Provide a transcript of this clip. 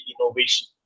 innovation